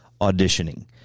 auditioning